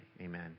Amen